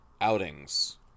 outings